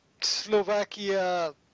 Slovakia